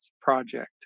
project